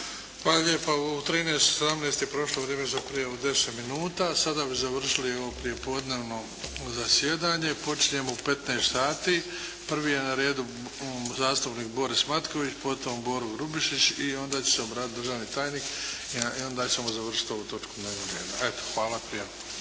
Hvala lijepa. U 13,18 je prošlo vrijeme za prijavu 10 minuta. Sada bi završili ovo prijepodnevno zasjedanje. Počinjemo u 15,00 sati. Prvi je na redu zastupnik Boris Matković, potom Boro Grubišić i onda će se obratiti državni tajnik i onda ćemo završiti ovu točku dnevnog reda. Eto, hvala.